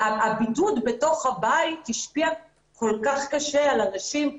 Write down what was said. והבידוד בתוך הבית השפיע כל כך קשה על אנשים.